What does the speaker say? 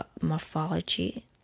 morphology